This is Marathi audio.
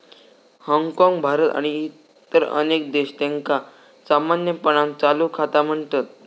हाँगकाँग, भारत आणि इतर अनेक देश, त्यांका सामान्यपणान चालू खाता म्हणतत